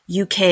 UK